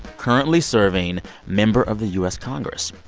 currently serving member of the u s. congress.